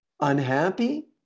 unhappy